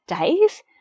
days